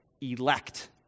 Elect